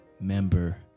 member